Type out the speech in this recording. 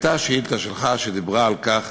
הייתה שאילתה שלך, שדיברה על כך